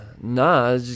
nah